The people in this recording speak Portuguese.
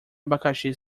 abacaxi